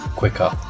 quicker